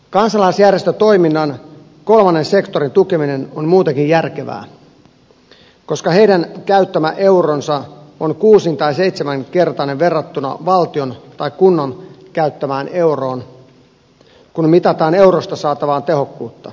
kansalaisjärjestötoiminnan kolmannen sektorin tukeminen on muutenkin järkevää koska sen käyttämä euro on kuusin tai seitsemänkertainen verrattuna valtion tai kunnan käyttämään euroon kun mitataan eurosta saatavaa tehokkuutta